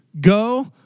Go